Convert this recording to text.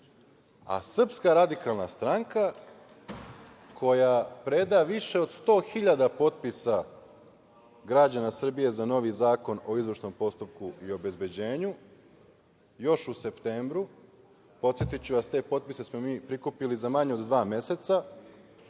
Srpska radikalna stranka, koja preda više od 100 hiljada potpisa građana Srbije za novi Zakon o izvršnom postupku i obezbeđenju, još u septembru, podsetiću vas, te potpise smo mi prikupili za manje od dva meseca,